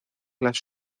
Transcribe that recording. las